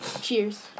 cheers